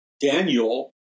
Daniel